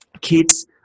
Kids